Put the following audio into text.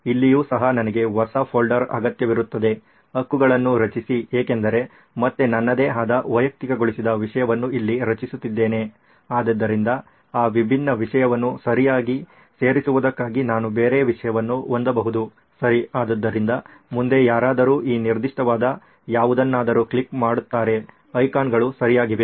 ಇಲ್ಲಿಯೂ ಸಹ ನನಗೆ ಹೊಸ ಫೋಲ್ಡರ್ ಅಗತ್ಯವಿರುತ್ತದೆ ಹಕ್ಕನ್ನು ರಚಿಸಿ ಏಕೆಂದರೆ ಮತ್ತೆ ನನ್ನದೇ ಆದ ವೈಯಕ್ತಿಕಗೊಳಿಸಿದ ವಿಷಯವನ್ನು ಇಲ್ಲಿ ರಚಿಸುತ್ತಿದ್ದೇನೆ ಆದ್ದರಿಂದ ಆ ವಿಭಿನ್ನ ವಿಷಯವನ್ನು ಸರಿಯಾಗಿ ಸೇರಿಸುವುದಕ್ಕಾಗಿ ನಾನು ಬೇರೆ ವಿಷಯವನ್ನು ಹೊಂದಬಹುದು ಸರಿ ಆದ್ದರಿಂದ ಮುಂದೆ ಯಾರಾದರೂ ಈ ನಿರ್ದಿಷ್ಟವಾದ ಯಾವುದನ್ನಾದರೂ ಕ್ಲಿಕ್ ಮಾಡುತ್ತಾರೆ ಐಕಾನ್ಗಳು ಸರಿಯಾಗಿವೆ